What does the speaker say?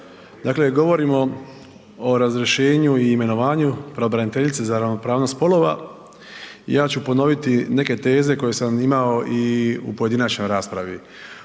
dakle govorimo o razrješenju i imenovanju pravobraniteljice za ravnopravnost spolova, ja ću ponoviti neke teze koje sam imao i u pojedinačnoj raspravi.